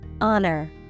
honor